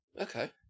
Okay